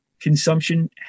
consumption